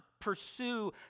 pursue